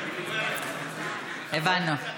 הבנו.